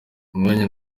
umwanya